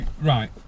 Right